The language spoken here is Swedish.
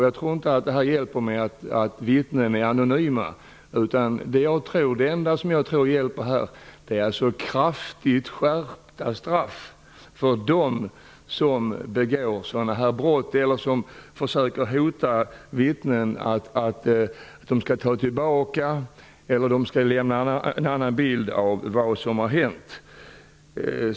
Jag tror inte att det hjälper att vittnen är anonyma. Det enda som hjälper är kraftigt skärpta straff för dem som begår sådana här brott eller som försöker få vittnen att ge en annan bild av vad som har hänt.